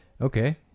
Okay